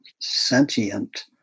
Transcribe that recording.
sentient